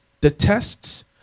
detests